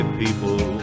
people